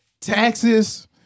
Taxes